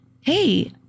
Hey